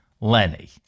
Lenny